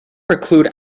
preclude